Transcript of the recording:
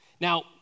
Now